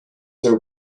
there